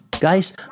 Guys